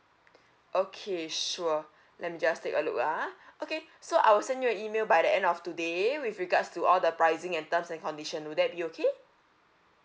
okay sure let me just take a look ah okay so I'll send you an email by the end of today with regards to all the pricing and terms and condition will that be okay